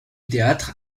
théâtre